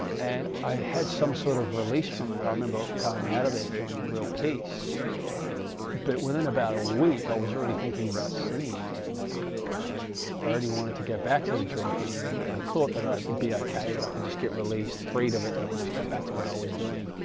and? i had some sort of release from that i remember coming out of there feeling a real peace but within about a week i was already thinking about sinning, again, like i already wanted to go back to the drinking and i thought that i'd be okay that i could just get released freed of it and then just go back to, what i was doing?